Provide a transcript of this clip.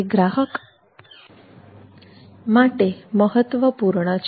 તે ગ્રાહક સભાનતા માટે મહત્વપૂર્ણ છે